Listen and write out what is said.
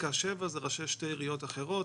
ופסקה 7 זה ראשי שתי עיריות אחרות,